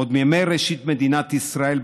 עוד מימי ראשית מדינת ישראל,